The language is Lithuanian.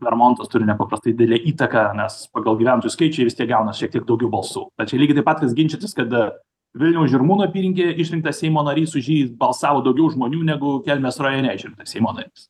vermontas turi nepaprastai didelę įtaką nes pagal gyventojų skaičių jie vis tiek gauna šiek tiek daugiau balsų tai čia lygiai tas pat kas ginčytis kad vilniaus žirmūnų apylinkėje išrinktas seimo narys už jį balsavo daugiau žmonių negu kelmės rajone išrinktas seimo narys